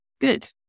Good